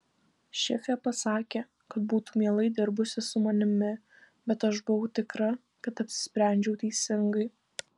šefė pasakė kad būtų mielai dirbusi su manimi bet aš buvau tikra kad apsisprendžiau teisingai